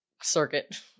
circuit